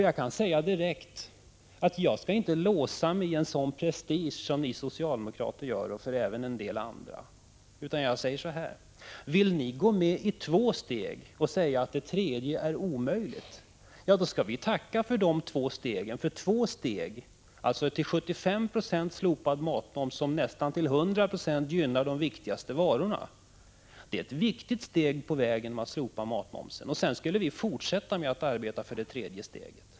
Jag kan säga direkt att jag inte skall låsa mig i en sådan prestige som ni socialdemokrater gör — och även en del andra — utan jag säger så här: Vill ni gå medi två steg och säga att det tredje är omöjligt, då skall vi tacka för de två stegen. Två steg, alltså till 75 926 slopad matmoms, som nästan till 100 90 gynnar de viktigaste varorna, är viktiga på vägen mot att slopa matmomsen, och sedan skulle vi fortsätta med att arbeta för det tredje steget.